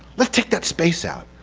let's take that space out.